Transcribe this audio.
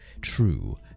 true